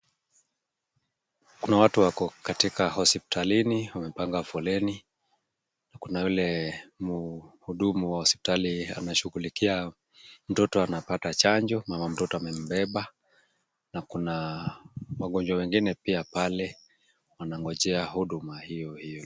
Kuna watu wako katika hospitalini. Wamepanga foleni na kuna yule mhudumu wa hospitali anashugulikia mtoto anapata chanjo. Mama mtoto amembeba na kuna wagonjwa wengine pia pale wanangojea huduma hiyo hiyo.